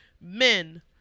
men